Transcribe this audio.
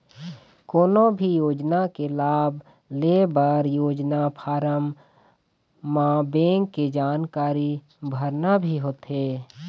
कोनो भी योजना के लाभ लेबर योजना फारम म बेंक के जानकारी भरना भी होथे